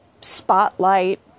spotlight